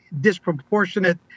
disproportionate